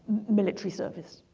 military service